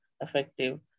effective